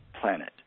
planet